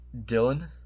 Dylan